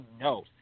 No